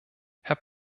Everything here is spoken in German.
herr